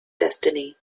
destiny